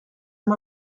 amb